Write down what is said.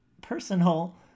personal